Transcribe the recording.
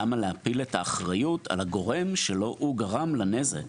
למה להפיל את האחריות על הגורם שלא הוא גרם לנזק?